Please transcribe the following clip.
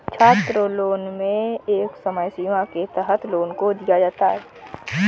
छात्रलोन में एक समय सीमा के तहत लोन को दिया जाता है